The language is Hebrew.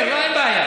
אני לא מבין.